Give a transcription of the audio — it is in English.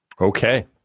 Okay